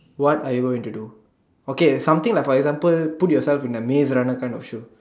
what are you going to do okay something like for example put yourself in a maze runner kind of shoe